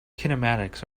kinematics